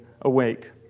awake